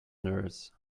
nurse